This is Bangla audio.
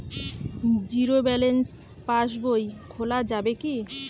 জীরো ব্যালেন্স পাশ বই খোলা যাবে কি?